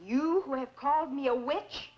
you would have called me a witch